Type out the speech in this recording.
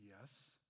yes